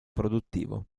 produttivo